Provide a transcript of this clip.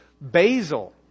Basil